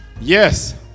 Yes